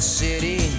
city